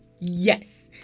Yes